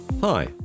Hi